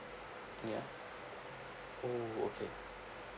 ya oh okay